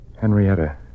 Henrietta